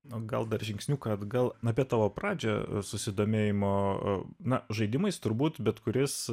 na gal dar žingsniuką atgal apie tavo pradžią susidomėjimą žaidimais turbūt bet kuris